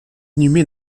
inhumée